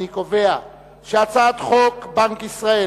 אני קובע שהצעת חוק בנק ישראל,